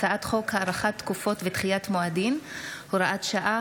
הצעת חוק הארכת תקופות ודחיית מועדים (הוראת שעה,